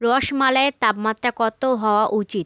রসমালাইয়ের তাপমাত্রা কতো হওয়া উচিত